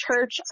church